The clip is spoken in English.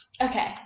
Okay